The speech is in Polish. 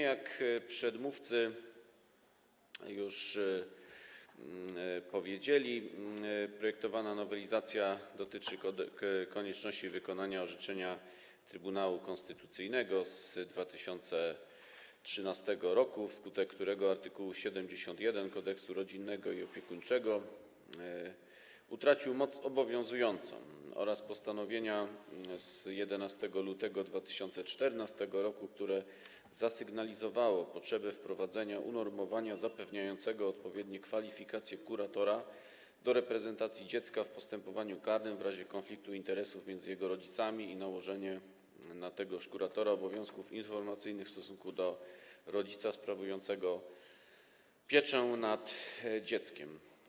Jak moi przedmówcy już powiedzieli, projektowana nowelizacja dotyczy konieczności wykonania orzeczenia Trybunału Konstytucyjnego z 2013 r., wskutek którego art. 71 Kodeksu rodzinnego i opiekuńczego utracił moc obowiązującą, oraz postanowienia z 11 lutego 2014 r., które zasygnalizowało potrzebę wprowadzenia unormowania zapewniającego odpowiednie kwalifikacje kuratora do reprezentacji dziecka w postępowaniu karnym w razie konfliktu interesów między jego rodzicami i nałożenie na tegoż kuratora obowiązków informacyjnych w stosunku do rodzica sprawującego pieczę nad dzieckiem.